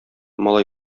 малай